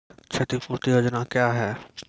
क्षतिपूरती योजना क्या हैं?